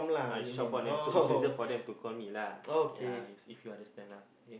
I short form name so is easier for them to call me lah ya is if you understand lah okay